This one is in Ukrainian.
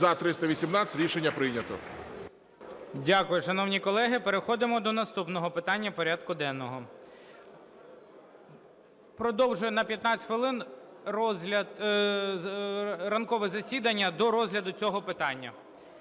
За-318 Рішення прийнято.